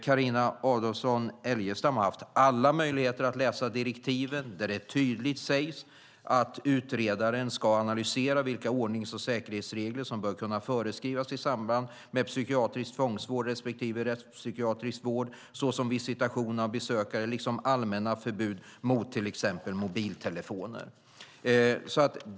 Carina Adolfsson Elgestam har haft alla möjligheter att läsa direktivet där det tydligt sägs att utredaren ska "analysera vilka ordnings och säkerhetsregler som bör kunna föreskrivas i samband med psykiatrisk tvångsvård respektive rättspsykiatrisk vård såsom visitation av besökare liksom allmänna förbud mot t.ex. mobiltelefoner."